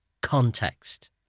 context